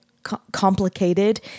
complicated